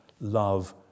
love